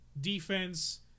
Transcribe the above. defense